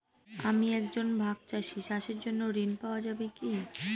আমি একজন ভাগ চাষি চাষের জন্য ঋণ পাওয়া যাবে কি?